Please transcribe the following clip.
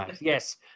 yes